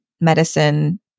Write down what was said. medicine